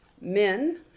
men